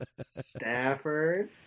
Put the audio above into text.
Stafford